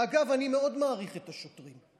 אגב, אני מאוד מעריך את השוטרים.